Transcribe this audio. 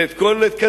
ואת כל קדימה,